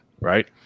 Right